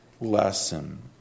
lesson